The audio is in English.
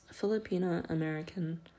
Filipina-American